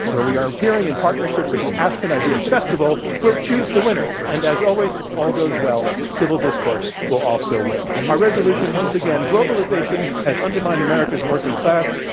where we are appearing in partnership with the aspen ideas festival, will choose the winner and as always, if all goes well civil discourse will also win. our resolution once again, globalization has undermined america's working class.